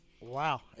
Wow